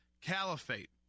caliphate